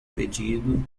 pedido